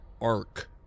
arc